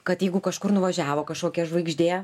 kad jeigu kažkur nuvažiavo kažkokia žvaigždė